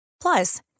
Plus